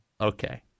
Okay